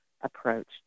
approach